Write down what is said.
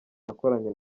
nakoranye